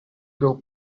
girl